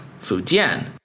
Fujian